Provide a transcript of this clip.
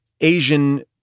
Asian